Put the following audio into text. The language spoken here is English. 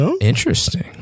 Interesting